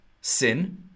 sin